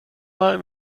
mal